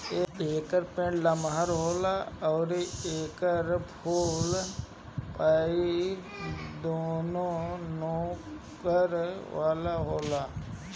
एकर पेड़ लमहर होला अउरी एकर फूल आ पतइ दूनो नोक वाला होला